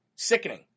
Sickening